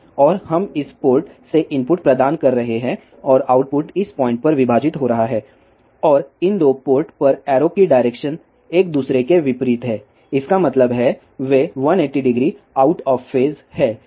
और हम इस पोर्ट से इनपुट प्रदान कर रहे हैं और आउटपुट इस पॉइंट पर विभाजित हो रहा है और इन 2 पोर्ट पर एरो की डायरेक्शन एक दूसरे को विपरीत है इसका मतलब है वे 1800 आउट ऑफ फेज हैं